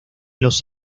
los